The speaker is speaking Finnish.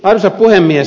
arvoisa puhemies